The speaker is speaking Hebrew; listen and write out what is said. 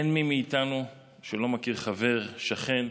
אין מי מאיתנו שלא מכיר חבר, שכן,